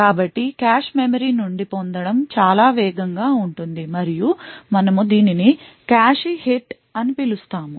కాబట్టి cache memory నుండి పొందడం చాలా వేగంగా ఉంటుంది మరియు మనము దీనిని కాష్ హిట్ అని పిలుస్తాము